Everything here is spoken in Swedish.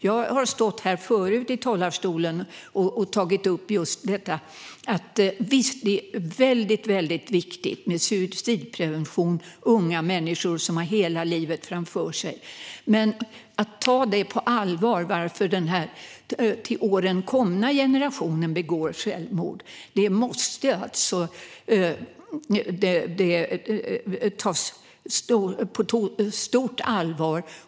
Jag har tidigare i talarstolen tagit upp detta. Visst är det väldigt viktigt med suicidprevention bland unga människor som har hela livet framför sig, men att den till åren komna generationen begår självmord måste man ta på stort allvar.